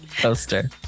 poster